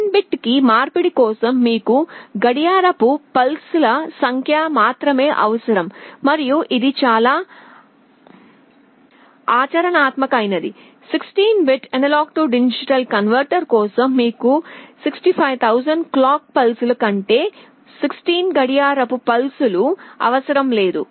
N bit మార్పిడి కోసం మీకు గడియారపు పల్స్ ల సంఖ్య మాత్రమే అవసరం మరియు ఇది చాలా ఆచరణాత్మకమైనది 16 బిట్ AD కన్వర్టర్ కోసం మీకు 65000 క్లాక్ పల్స్ ల కంటే 16 గడియారపు పల్స్ లు అవసరం లేదు